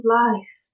life